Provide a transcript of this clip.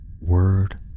word